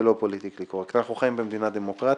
ולא פוליטיקלי קורקט: אנחנו חיים במדינה דמוקרטית,